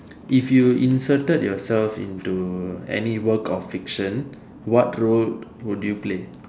if you inserted yourself into any work of fiction what role would you play